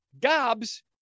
gobs